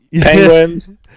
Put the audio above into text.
penguin